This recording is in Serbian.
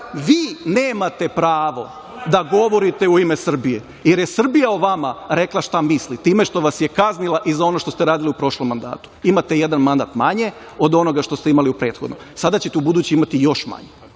vi nemate pravo da govorite u ime Srbije, jer je Srbija o vama rekla šta misli time što vas je kaznila i za ono što ste radili u prošlom mandatu. Imate jedan mandat manje od onoga što ste imali u prethodnom. Sada ćete u buduće imati još manje